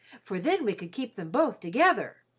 for then we could keep them both together.